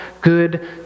good